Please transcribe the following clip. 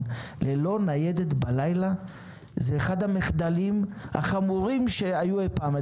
ללא ניידת בלילה זה אחד המחדלים החמורים שהיו אי-פעם.